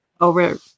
over